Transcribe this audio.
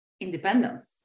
independence